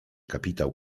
kapitał